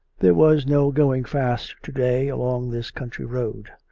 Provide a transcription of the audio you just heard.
there was no going fast to-day along this country road.